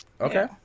okay